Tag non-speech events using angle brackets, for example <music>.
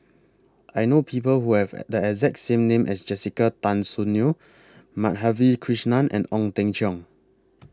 I know People Who Have <unintelligible> The exact name as Jessica Tan Soon Neo <noise> Madhavi Krishnan and Ong Teng Cheong